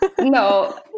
No